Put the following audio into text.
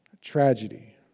Tragedy